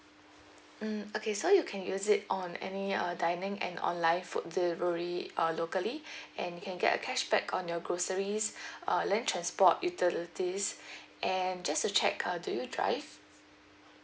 mm okay so you can use it on any uh dining and online food delivery uh locally and you can get a cashback on your groceries uh land transport utilities and just to check uh do you drive